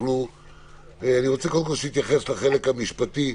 אני רוצה שתתייחס לחלק המשפטי,